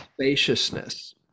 spaciousness